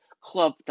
Club